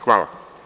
Hvala.